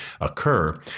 occur